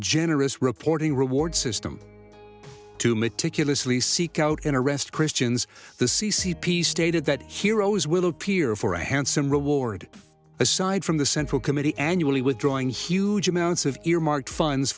generous reporting reward system to meticulously seek out an arrest christians the c c p stated that heroes will appear for a handsome reward aside from the central committee annually withdrawing huge amounts of earmarked funds